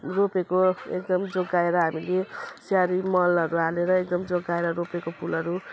रोपेको एकदम जोगाएर हामीले स्याहारी मलहरू हालेर एकदम जोगाएर रोपेको फुलहरू